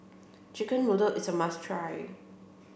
chicken noodles is a must try